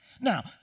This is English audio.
Now